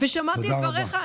תודה רבה.